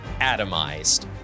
atomized